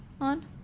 On